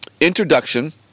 introduction